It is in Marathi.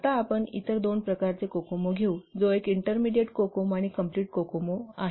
आता आपण इतर दोन प्रकारचे कोकोमो घेऊ जो एक इंटरमीडिएट कोकोमो आणि कंप्लिट कोकोमो आहे